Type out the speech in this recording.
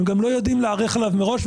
הם גם לא יודעים להיערך אליו מראש,